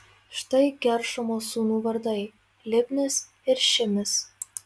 štai geršomo sūnų vardai libnis ir šimis